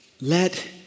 let